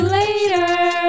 later